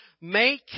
Make